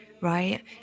right